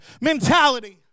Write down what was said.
mentality